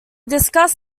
discuss